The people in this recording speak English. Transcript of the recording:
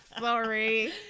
sorry